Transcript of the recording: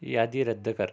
यादी रद्द कर